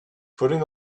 putting